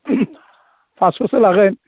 पास्स'सो लागोन